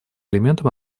элементом